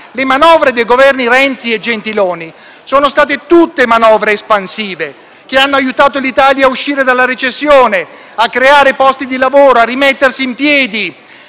Le manovre dei Governi Renzi e Gentiloni Silveri sono state espansive e hanno aiutato l'Italia ad uscire dalla recessione, a creare posti di lavoro e rimettersi in piedi.